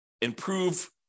improve